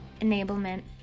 enablement